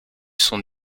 sont